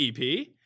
EP